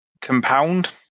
compound